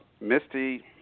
Misty